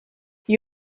you